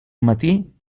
matí